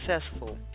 successful